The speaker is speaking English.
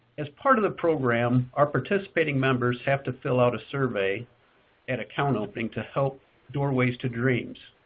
as part of the program, our participating members have to fill out a survey at account opening to help doorways to dreams,